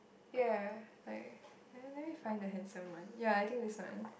ya like everybody find the handsome one ya I think this one